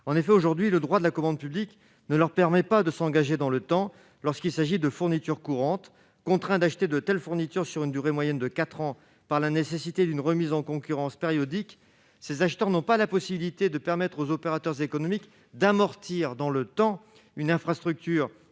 en effet aujourd'hui le droit de la commande publique, ne leur permet pas de s'engager dans le temps, lorsqu'il s'agit de fournitures courantes contraints d'acheter de telles fournitures sur une durée moyenne de 4 ans par la nécessité d'une remise en concurrence périodiques ces acheteurs n'ont pas la possibilité de permettre aux opérateurs économiques d'amortir dans le temps une infrastructure